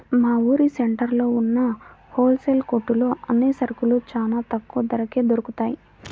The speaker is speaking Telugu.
మా ఊరు సెంటర్లో ఉన్న హోల్ సేల్ కొట్లో అన్ని సరుకులూ చానా తక్కువ ధరకే దొరుకుతయ్